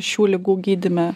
šių ligų gydyme